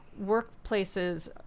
workplaces